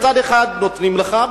בצד אחד נותנים לך,